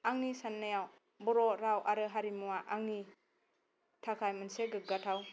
आंनि साननायाव बर' राव आरो हारिमुवा आंनि थाखाय मोनसे गोग्गाथाव